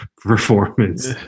performance